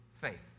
faith